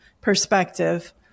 perspective